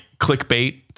clickbait